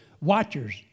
watchers